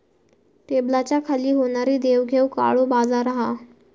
टेबलाच्या खाली होणारी देवघेव काळो बाजार हा